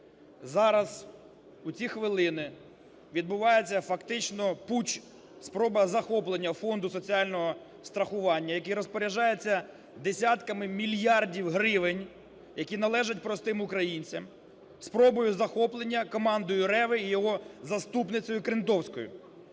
Зараз, у ці хвилини, відбувається фактично путч, спроба захоплення Фонду соціального страхування, який розпоряджається десятками мільярдів гривень, які належать простим українцям, спробою захоплення командою Реви і його заступницею Крентовською.